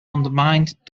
undermined